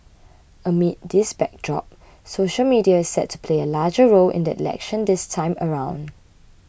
amid this backdrop social media is set to play a larger role in the election this time around